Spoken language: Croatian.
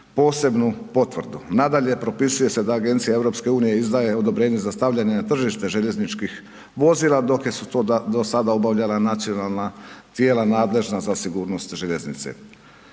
posebnu potvrdu. Nadalje, propisuje se da agencija EU-a izdaje odobrenje za stavljanje na tržište željezničkih vozila dok su to do sada obavljala nacionalna tijela nadležna za sigurnost željeznice.